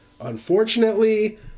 Unfortunately